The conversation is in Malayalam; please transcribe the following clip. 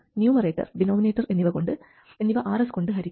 ന്യൂമറേറ്റർ ഡിനോമിനേറ്റർ എന്നിവ Rs കൊണ്ട് ഹരിക്കുക